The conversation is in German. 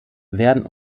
werden